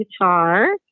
guitar